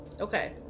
okay